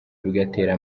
bigatera